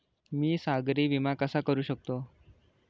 मी सागरी विमा कसा करू शकतो?